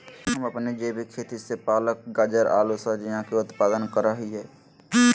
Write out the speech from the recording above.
हम अपन जैविक खेती से पालक, गाजर, आलू सजियों के उत्पादन करा हियई